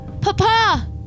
Papa